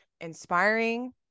inspiring